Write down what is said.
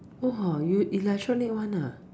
!whoa! you electronic [one] ah